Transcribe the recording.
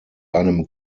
einem